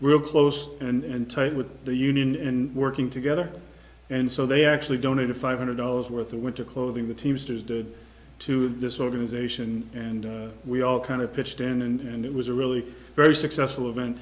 real close and tight with the union and working together and so they actually donated five hundred dollars worth of winter clothing the teamsters did to this organization and we all kind of pitched in and it was a really very successful